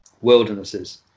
wildernesses